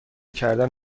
کردن